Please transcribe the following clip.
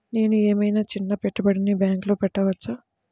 నేను ఏమయినా చిన్న పెట్టుబడిని బ్యాంక్లో పెట్టచ్చా?